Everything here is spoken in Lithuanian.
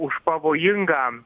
už pavojingą